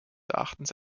erachtens